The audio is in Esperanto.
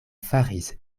faris